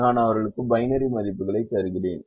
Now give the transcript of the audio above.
எனவே நான் அவர்களுக்கு பைனரி மதிப்புகளை தருகிறேன்